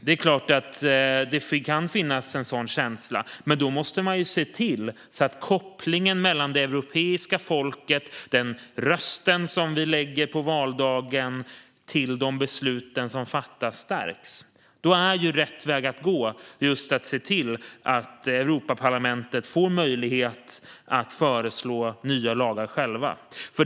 Det är klart att det kan finnas en sådan känsla, men då måste man se till att kopplingen mellan det europeiska folket, den röst som vi lägger på valdagen, och de beslut som fattas stärks. Då är rätt väg att gå just att se till att Europaparlamentet får möjlighet att självt föreslå nya lagar.